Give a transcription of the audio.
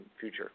future